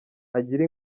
agira